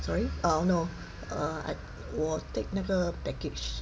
sorry uh no err I 我 take 那个 package